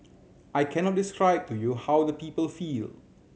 I cannot describe to you how the people feel